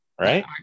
Right